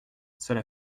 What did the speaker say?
cela